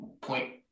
point